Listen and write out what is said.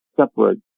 separate